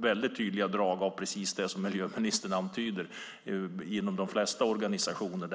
väldigt tydliga drag av precis det som miljöministern antyder inom de flesta organisationer.